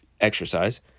exercise